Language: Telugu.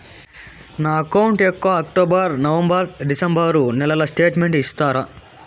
నా అకౌంట్ యొక్క అక్టోబర్, నవంబర్, డిసెంబరు నెలల స్టేట్మెంట్ ఇస్తారా?